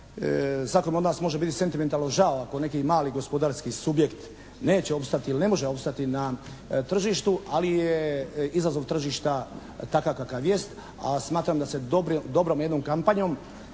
svakome od nas može biti sentimentalno žao ako neki mali gospodarski subjekt neće opstati ili ne može opstati na tržištu ali je izazov tržišta takav kakav jest a smatram da se dobrom jednom kampanjom